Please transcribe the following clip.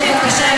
בבקשה,